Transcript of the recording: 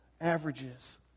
averages